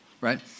right